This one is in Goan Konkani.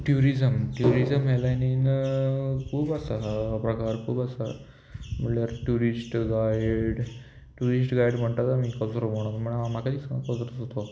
ट्युरिजम ट्युरिजम हे लायनीन खूब आसा हो प्रकार खूब आसा म्हणल्यार ट्युरिस्ट गायड ट्युरिस्ट गायड म्हणटा तो आमी कचरो म्हण हांव म्हाका दिसना कचरो कसो तो